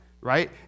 right